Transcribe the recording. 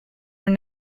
were